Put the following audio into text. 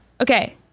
Okay